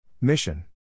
Mission